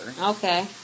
Okay